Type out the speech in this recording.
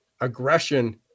aggression